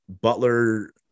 Butler